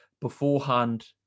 beforehand